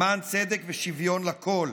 למען צדק ושוויון לכול.